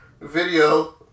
video